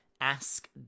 Ask